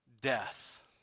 death